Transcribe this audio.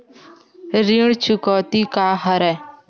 ऋण चुकौती का हरय?